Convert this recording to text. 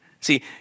See